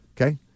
Okay